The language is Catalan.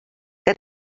que